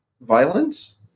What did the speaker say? violence